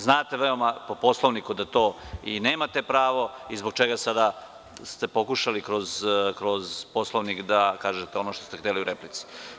Znate po Poslovniku nemate pravo, i zbog čega ste pokušali kroz Poslovnik da kažete ono što ste hteli u replici.